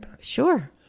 Sure